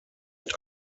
mit